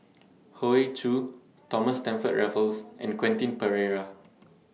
Hoey Choo Thomas Stamford Raffles and Quentin Pereira